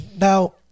now